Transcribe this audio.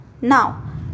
now